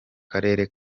karere